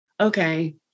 okay